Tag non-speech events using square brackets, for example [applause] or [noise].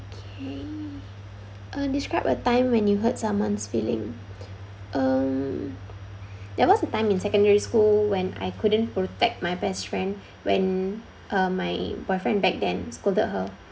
okay uh describe a time when you hurt someone's feeling [noise] um there was a time in secondary school when I couldn't protect my best friend when uh my boyfriend back then scolded her